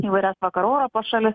įvairias vakarų europos šalis